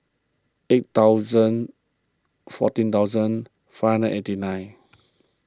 eight thousand fourteen thousand five hundred eighty nine